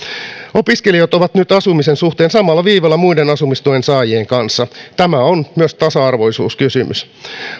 opiskelijat ovat nyt asumisen suhteen samalla viivalla muiden asumistuen saajien kanssa tämä on myös tasa arvoisuuskysymys